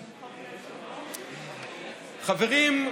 חברים,